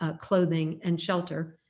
ah clothing and shelter.